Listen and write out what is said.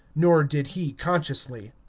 nor did he consciously.